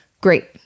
great